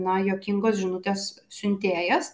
nu juokingos žinutės siuntėjas